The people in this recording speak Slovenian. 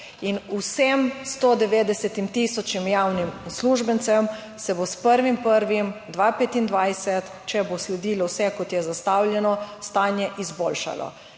vsem 190 tisoč javnim uslužbencem se bo s 1. 1. 2025, če bo sledilo vse kot je zastavljeno, stanje izboljšalo.